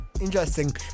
Interesting